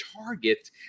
Target